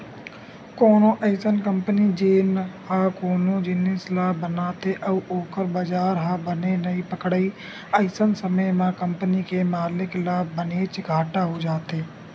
कोनो अइसन कंपनी जेन ह कोनो जिनिस ल बनाथे अउ ओखर बजार ह बने नइ पकड़य अइसन समे म कंपनी के मालिक ल बनेच घाटा हो जाथे